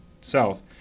South